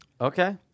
Okay